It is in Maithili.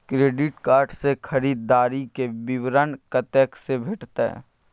क्रेडिट कार्ड से खरीददारी के विवरण कत्ते से भेटतै?